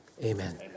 Amen